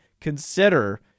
consider